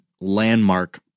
landmark